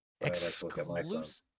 Exclusive